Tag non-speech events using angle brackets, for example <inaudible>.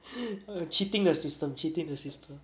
<laughs> cheating the system cheating the system